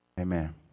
Amen